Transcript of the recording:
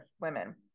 women